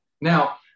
Now